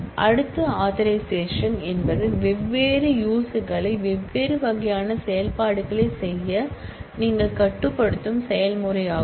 அடுத்து ஆதரைசேஷன் என்பது வெவ்வேறு யூசர்களை வெவ்வேறு வகையான செயல்பாடுகளைச் செய்ய நீங்கள் கட்டுப்படுத்தும் செயல்முறையாகும்